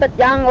but da